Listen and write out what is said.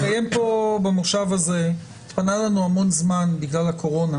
אנחנו נקיים במושב הזה -- התפנה לנו המון זמן בגלל הקורונה,